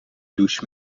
douche